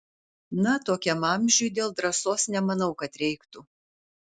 na tokiam amžiuj dėl drąsos nemanau kad reiktų